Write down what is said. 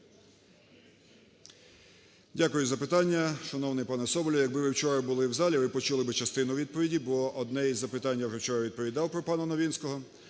Дякую за запитання. Шановний пане Соболєв, якби ви вчора були в залі, ви б почули частину відповіді, бо одне із запитань я вчора вже відповідав про пана Новинського.